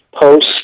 post